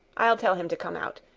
i'll tell him to come out.